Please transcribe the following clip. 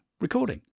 recording